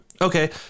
Okay